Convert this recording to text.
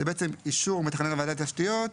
זה בעצם אישור מתכנן הוועדה לתשתיות,